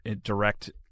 direct